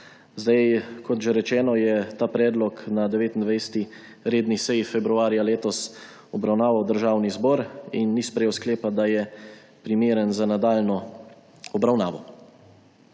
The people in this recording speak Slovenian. Kot že rečeno, je ta predlog na 29. redni seji februarja letos obravnaval Državni zbor in ni sprejel sklepa, da je primeren za nadaljnjo obravnavo.